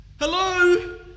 hello